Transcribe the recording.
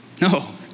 No